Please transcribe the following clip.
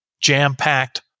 jam-packed